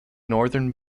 northern